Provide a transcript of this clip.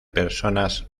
personas